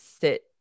sit